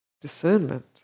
Discernment